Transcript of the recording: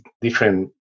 different